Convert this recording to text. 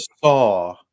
saw